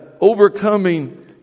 overcoming